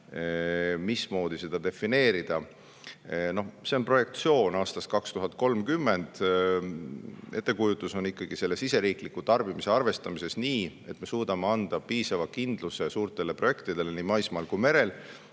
mismoodi seda defineerida? See on projektsioon aastast 2030. Ettekujutus on ikkagi selline, et riigisisese tarbimise arvestamises me suudame anda piisava kindluse suurtele projektidele nii maismaal kui ka merel,